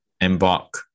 embark